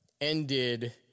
ended